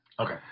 Okay